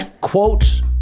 quotes